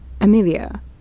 Amelia